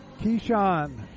Keyshawn